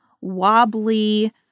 wobbly